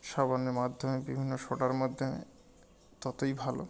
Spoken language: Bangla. সাবনের মাধ্যমে বিভিন্ন সোডার মাধ্যমে ততই ভালো